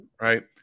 Right